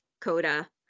Coda